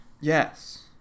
Yes